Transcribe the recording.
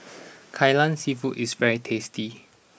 Kai Lan Seafood is very tasty